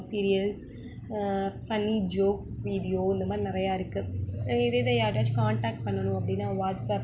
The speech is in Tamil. சீரியல்ஸ் ஃபன்னி ஜோக் வீடியோ இந்தமாதிரி நிறையா இருக்குது இதே இது யார்ட்டேயாச்சும் காண்டாக்ட் பண்ணணும் அப்படின்னா வாட்ஸ்அப்